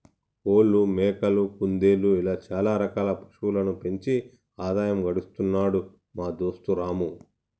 కోళ్లు మేకలు కుందేళ్లు ఇలా చాల రకాల పశువులను పెంచి ఆదాయం గడిస్తున్నాడు మా దోస్తు రాము